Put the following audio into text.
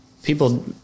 People